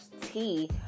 tea